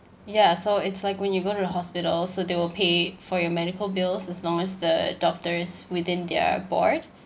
ya so it's like when you go to the hospitals so they will pay for your medical bills as long as the doctors within their board